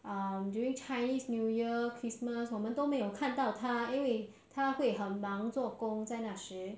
um during chinese new year christmas 我们都没有看到她因为她会很忙做工在那时